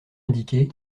indiqué